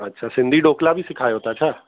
अच्छा सिंधी डोकला बि सेखारियो था छा